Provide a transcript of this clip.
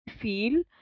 feel